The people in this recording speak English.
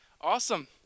Awesome